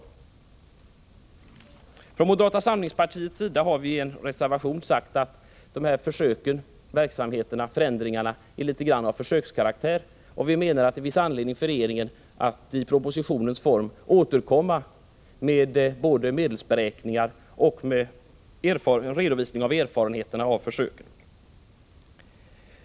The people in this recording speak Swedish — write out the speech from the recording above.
Vi har från moderata samlingspartiets sida i en reservation sagt att de olika förändringarna har något av försökskaraktär, och vi menar att det finns anledning för regeringen att i propositionens form återkomma med både medelsberäkningar och redovisning av erfarenheterna av försöken.